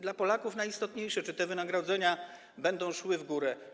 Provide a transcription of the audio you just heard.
Dla Polaków jest najistotniejsze, czy te wynagrodzenia będą szły w górę.